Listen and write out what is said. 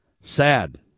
sad